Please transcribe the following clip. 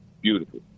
beautiful